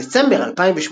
בדצמבר 2018,